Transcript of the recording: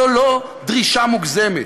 זו לא דרישה מוגזמת,